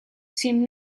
seemed